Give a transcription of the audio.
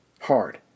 hard